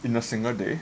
in a single day